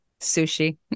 sushi